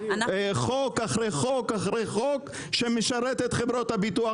חוק אחרי חוק שמשרת את חברות הביטוח